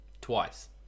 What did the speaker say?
Twice